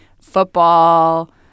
football